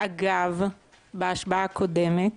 אגב בהשבעה הקודמת,